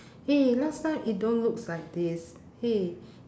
eh last time it don't looks like this !hey!